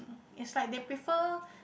is like they prefer